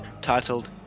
titled